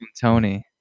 Tony